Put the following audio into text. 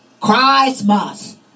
Christmas